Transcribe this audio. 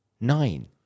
Nine